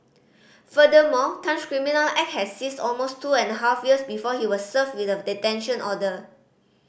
furthermore Tan's criminal act has ceased almost two and half years before he was served with a detention order